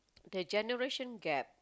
the generation gap